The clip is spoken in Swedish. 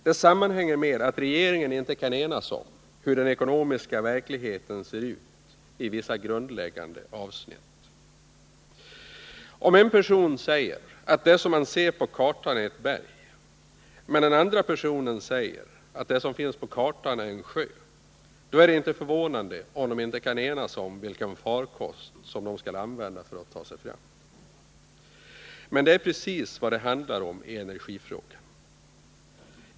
Det sammanhänger med att regeringen inte kan enas om hur den ekonomiska verkligheten ser ut i vissa grundläggande avsnitt. Om en person säger att det som han ser på kartan är ett berg men den andra personen säger att det som finns på kartan är en sjö, då är det inte förvånande om dessa personer inte kan enas om vilken farkost de skall använda för att ta sig fram. Det är precis vad det handlar om i energifrågan.